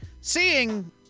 seeing